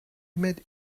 met